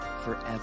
forever